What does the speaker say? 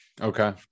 okay